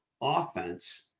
offense